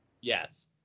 yes